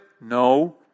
No